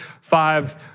five